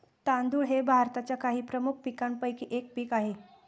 तांदूळ हे भारताच्या काही प्रमुख पीकांपैकी एक पीक आहे